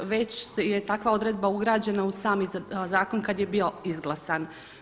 Već je takva odredba ugrađena u sami zakon kad je bio izglasan.